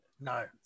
No